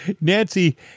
Nancy